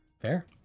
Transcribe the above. Fair